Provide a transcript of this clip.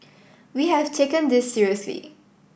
we have taken this seriously